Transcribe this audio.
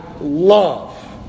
love